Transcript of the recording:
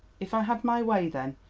if i had my way, then,